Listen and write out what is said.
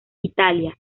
italia